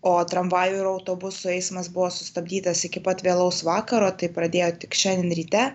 o tramvajų ir autobusų eismas buvo sustabdytas iki pat vėlaus vakaro tai pradėjo tik šiandien ryte